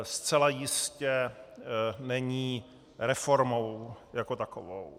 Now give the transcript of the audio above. Zcela jistě není reformou jako takovou.